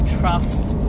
trust